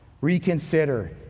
Reconsider